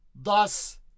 Thus